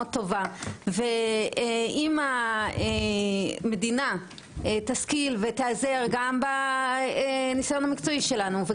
טובה ואם המדינה תשכיל ותיעזר גם בניסיון המקצועי שלנו,